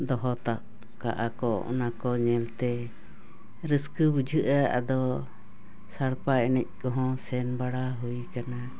ᱫᱚᱦᱚᱛᱟᱵ ᱠᱟᱜᱼᱟᱠᱚ ᱚᱱᱟᱠᱚ ᱧᱮᱞᱛᱮ ᱨᱟᱹᱥᱠᱟᱹ ᱵᱩᱡᱷᱟᱹᱜᱼᱟ ᱟᱫᱚ ᱥᱟᱲᱯᱟ ᱮᱱᱮᱡ ᱠᱚᱦᱚᱸ ᱥᱮᱱ ᱵᱟᱲᱟ ᱦᱩᱭ ᱠᱟᱱᱟ